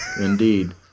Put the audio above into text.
Indeed